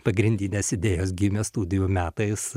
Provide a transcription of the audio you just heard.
pagrindinės idėjos gimė studijų metais